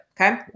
okay